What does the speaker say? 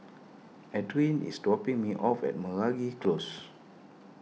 Adriene is dropping me off at Meragi Close